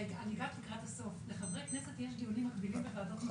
הגעתי לקראת הסוף כי לחברי הכנסת יש דיונים מקבילים בוועדות נוספות.